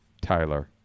Tyler